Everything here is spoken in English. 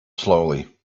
slowly